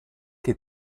che